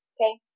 Okay